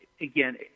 again